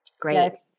Great